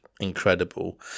incredible